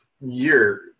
year